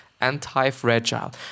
Anti-Fragile